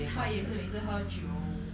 她也是每次喝酒